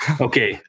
Okay